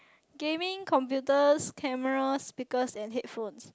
gaming computers cameras speakers and headphones